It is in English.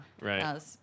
right